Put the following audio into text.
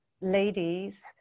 ladies